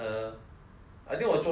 I think 我做一次 lor